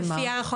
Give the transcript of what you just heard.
לפי מה?